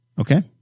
Okay